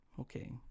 Okay